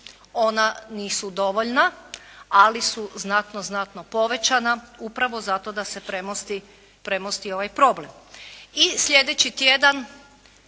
Ona nisu dovoljna ali su znatno povećana upravo zato da se premosti ovaj problem.